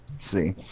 see